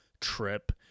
trip